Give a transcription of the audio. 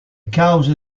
cause